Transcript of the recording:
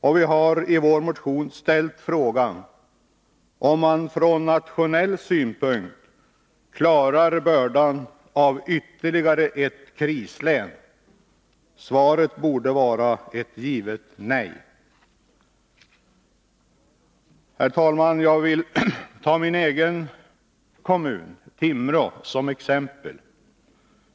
Och vi har i vår motion ställt frågan om vi från nationell synpunkt klarar bördan av ytterligare ett krislän. Svaret borde vara ett givet nej. Herr talman! Jag vill ta min egen kommun Timrå som exempel.